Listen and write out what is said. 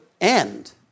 end